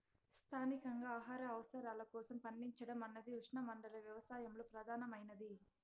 స్థానికంగా ఆహార అవసరాల కోసం పండించడం అన్నది ఉష్ణమండల వ్యవసాయంలో ప్రధానమైనది